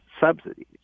subsidies